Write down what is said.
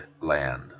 land